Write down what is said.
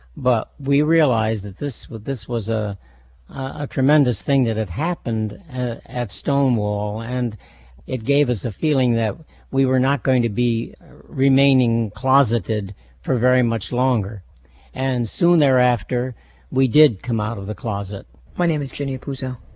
but we realized that this was was ah a tremendous thing that had happened at stonewall and it gave us a feeling that we were not going to be remaining closeted for very much longer and soon thereafter we did come out of the closet my name is jenny puzo.